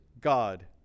God